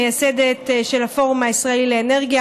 מייסדת של הפורום הישראלי לאנרגיה,